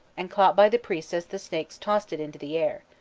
and caught by the priests as the snakes tossed it into the air.